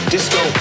Disco